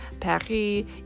Paris